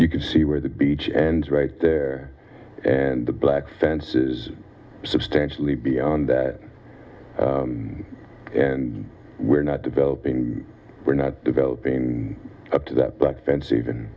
can see where the beach and right there and the black fence is substantially beyond that and we're not developing we're not developing up to that back fence even